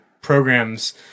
programs